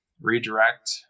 redirect